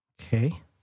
Okay